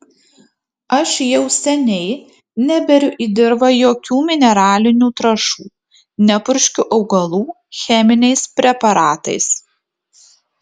aš jau seniai neberiu į dirvą jokių mineralinių trąšų nepurškiu augalų cheminiais preparatais